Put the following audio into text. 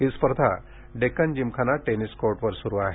ही स्पर्धा डेक्कन जिमखाना टेनिस कोर्टवर सुरु आहे